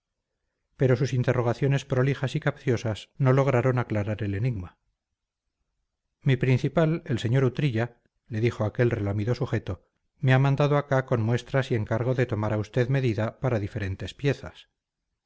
pero sus interrogaciones prolijas y capciosas no lograron aclarar el enigma mi principal el señor utrilla le dijo aquel relamido sujeto me ha mandado acá con muestras y encargo de tomar a usted medida para diferentes piezas